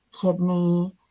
kidney